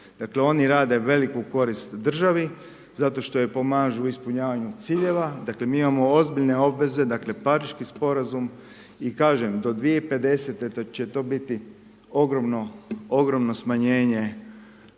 Dakle, oni rade veliku korist državi, zato što joj pomažu u ispunjavanu ciljeva. Dakle, mi imamo ozbiljne obveze, dakle, Pariški sporazum i kažem do 2050. to će biti ogromno smanjenje